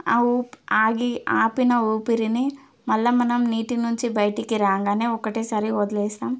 ఆ ఊ ఆగి ఆపిన ఊపిరిని మల్ల మనం నీటి నుంచి బయటికి రాంగానే ఒక్కటేసారి వదిలేస్తాం